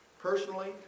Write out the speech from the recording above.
personally